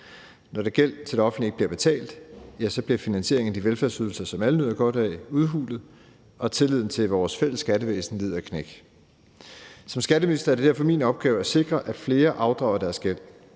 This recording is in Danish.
Når gæld til det offentlige ikke bliver betalt, bliver finansieringen af de velfærdsydelser, som alle nyder godt af, udhulet, og tilliden til vores fælles skattevæsen lider et knæk. Som skatteminister er det derfor min opgave at sikre, at flere afdrager deres gæld.